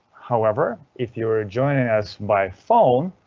however, if you are joining us by phone,